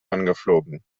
angeflogen